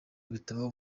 bitabaho